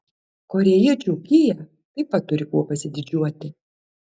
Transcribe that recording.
korėjiečių kia taip pat turi kuo pasididžiuoti